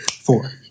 four